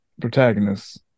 protagonists